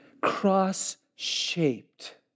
cross-shaped